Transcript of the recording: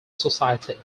society